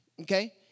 Okay